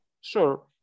sure